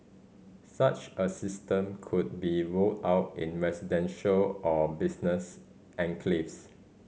such a system could be rolled out in residential or business enclaves